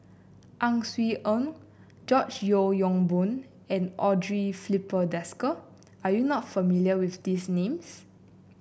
Ang Swee Aun George Yeo Yong Boon and Andre Filipe Desker are you not familiar with these names